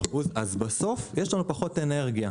אז בסוף יש לנו פחות אנרגיה.